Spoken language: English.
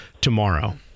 tomorrow